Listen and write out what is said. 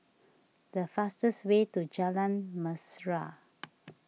the fastest way to Jalan Mesra